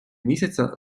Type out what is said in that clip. місяця